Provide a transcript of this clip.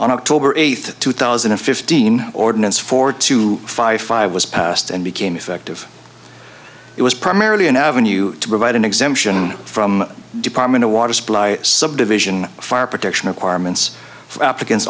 on october eighth two thousand and fifteen ordinance four to five five was passed and became effective it was primarily an avenue to provide an exemption from department of water supply subdivision fire protection acquirements for applicants